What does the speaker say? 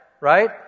right